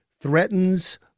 threatens